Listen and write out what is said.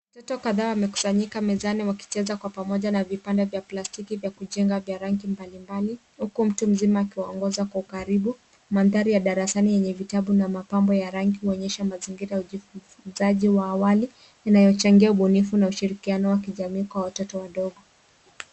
Watoto kadhaa wamekusanyika mezani wakicheza kwa pamoja na vipande vya plastiki vya kujenga vya rangi mbalimbali uku mtu mzima akiwaongoza kwa ukaribu. Mandhari ya darasani yenye vitabu na mapambo ya rangi inaonyesha mazingira ya ujifuzaji wa awali inayochangia ubunifu na ushirikiano wa kijamii kwa watoto wadogo.